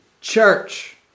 church